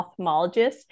ophthalmologist